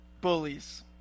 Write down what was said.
Bullies